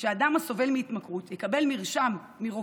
לכך שאדם הסובל מהתמכרות יקבל מרשם מרופא,